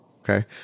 Okay